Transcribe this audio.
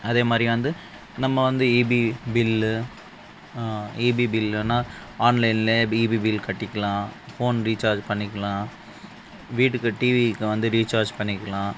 அதேமாதிரி வந்து நம்ம வந்து ஈபி பில்லு ஈபி பில்லுன்னா ஆன்லைன்ல பி ஈபி பில் கட்டிக்கலாம் ஃபோன் ரீசார்ஜ் பண்ணிக்கலாம் வீட்டுக்கு டிவிக்கு வந்து ரீசார்ஜ் பண்ணிக்கலாம்